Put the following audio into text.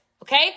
Okay